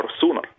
sooner